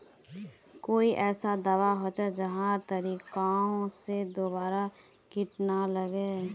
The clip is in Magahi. कोई ऐसा दवा होचे जहार छीरकाओ से दोबारा किट ना लगे?